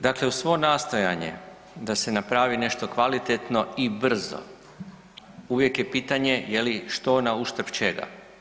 Dakle uz svo nastojanje da se napravi nešto kvalitetno i brzo uvijek je pitanje je li što na uštrb čega.